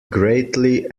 greatly